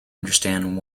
understand